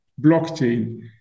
blockchain